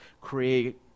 create